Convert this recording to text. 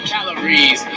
Calories